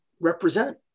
represent